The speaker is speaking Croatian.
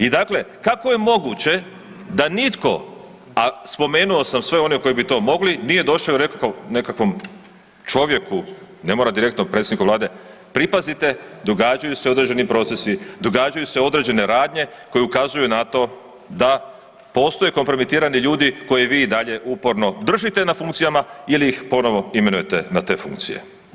I dakle kako je moguće da nitko, a spomenuo sam sve one koji bi to mogli nije došao i rekao nekakvom čovjeku, ne mora direktno predsjedniku Vlade, pripazite događaju se određeni procesi, događaju se određene radnje koje ukazuju na to da postoje kompromitirani ljudi koje vi i dalje uporno držite na funkcijama ili ih ponovo imenujete na te funkcije.